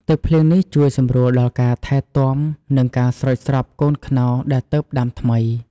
ទឹកភ្លៀងនេះជួយសម្រួលដល់ការថែទាំនិងការស្រោចស្រពកូនខ្នុរដែលទើបដាំថ្មី។